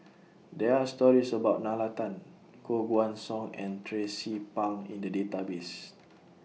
There Are stories about Nalla Tan Koh Guan Song and Tracie Pang in The Database